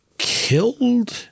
killed